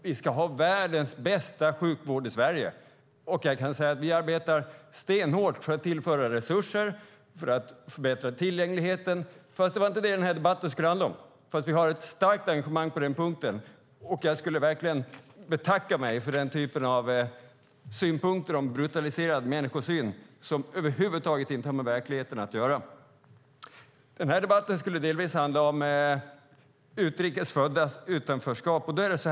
Vi ska ha världens bästa sjukvård i Sverige. Vi arbetar stenhårt för att tillföra resurser och för att förbättra tillgängligheten. Det var inte det denna debatt skulle handla om, men vi har ett starkt engagemang på den punkten. Jag betackar mig för denna typ av synpunkter på brutaliserad människosyn, som över huvud taget inte har med verkligheten att göra. Denna debatt skulle delvis handla om utrikes föddas utanförskap.